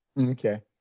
Okay